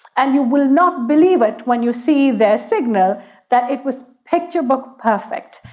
and you will not believe it when you see the signal that it was picture-book perfect.